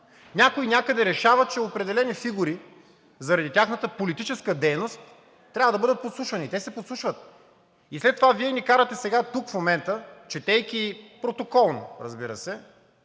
Някой някъде решава, че определени фигури заради тяхната политическа дейност трябва да бъдат подслушвани и те се подслушват. И след това Вие ни карате тук сега в момента, четейки протоколно, разбира се,